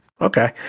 Okay